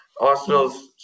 Arsenal's